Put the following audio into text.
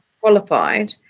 qualified